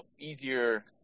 easier